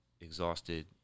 exhausted